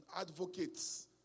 advocates